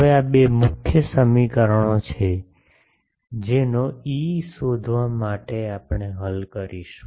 હવે આ બે મુખ્ય સમીકરણો છે જેનો ઇ શોધવા માટે આપણે હલ કરીશું